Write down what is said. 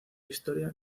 historia